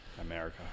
America